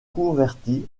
converti